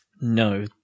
No